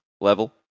level